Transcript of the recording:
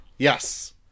Yes